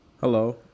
Hello